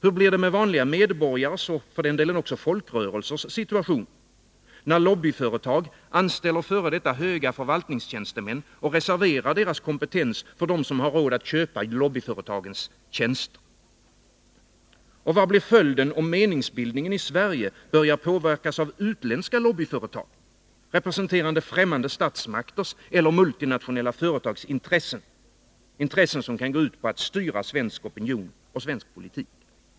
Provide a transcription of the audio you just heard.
Hur blir det med vanliga medborgares och för den delen också folkrörelsers situation när lobbyföretag anställer f. d. höga förvaltningstjänstemän och reserverar deras kompetens för dem som har råd att köpa lobbyföretagens tjänster? Och vad blir följden om meningsbildning en i Sverige börjar påverkas av utländska lobbyföretag, representerande som kan gå ut på att styra svensk opinion och svensk politik?